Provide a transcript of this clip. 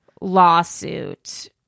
Lawsuit